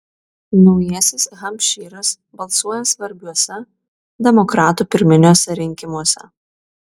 naujasis hampšyras balsuoja svarbiuose demokratų pirminiuose rinkimuose